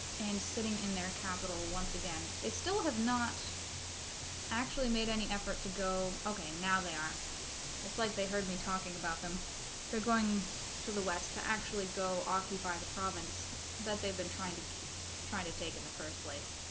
and sitting in their capital once again they still have not actually made any effort to go okay now they are it's like they heard me talking about them they're going to the west to actually go occupy the province that they've been trying to keep trying to take in the first place